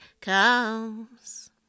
comes